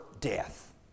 death